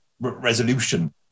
resolution